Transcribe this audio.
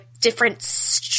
different